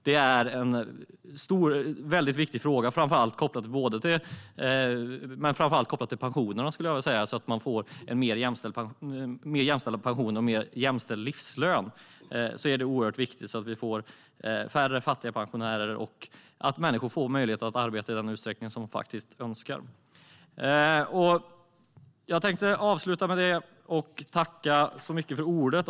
Det är en väldigt viktig fråga framför allt kopplat till pensionerna så att man får mer jämställda pensioner och en mer jämställd livslön. Det är oerhört viktigt att vi får färre fattiga pensionärer och att människor får möjligheter att arbeta i den utsträckning som de önskar. Jag avslutar med det och tackar så mycket för ordet.